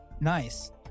nice